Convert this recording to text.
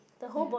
ya